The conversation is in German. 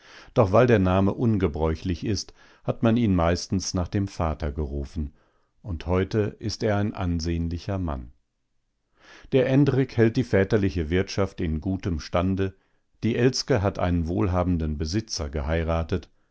doch weil der name ungebräuchlich ist hat man ihn meistens nach dem vater gerufen und heute ist er ein ansehnlicher mann der endrik hält die väterliche wirtschaft in gutem stande die elske hat einen wohlhabenden besitzer geheiratet